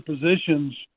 positions